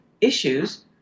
issues